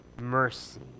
mercy